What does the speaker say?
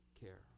care